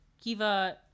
Kiva